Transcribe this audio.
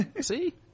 See